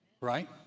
Right